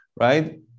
right